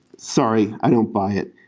sorry. i don't buy it.